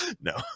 no